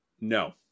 No